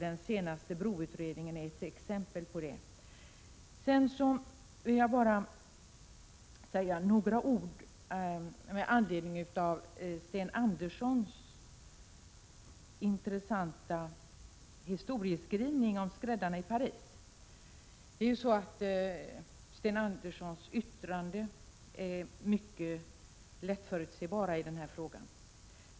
Den senaste broutredningen är ett exempel på det. Sedan vill jag bara säga några ord med anledning av Sten Anderssons i Malmö intressanta historieskrivning om skräddarna i Paris. Sten Anderssons yttranden är mycket lätt förutsebara i den här frågan.